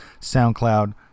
SoundCloud